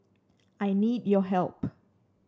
I need your help